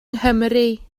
nghymru